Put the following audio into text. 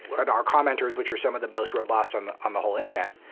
and our commenters, which are some of the most robust on the on the whole internet,